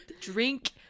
drink